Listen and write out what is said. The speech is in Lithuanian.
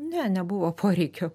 ne nebuvo poreikio